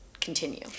continue